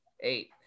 eight